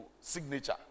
signature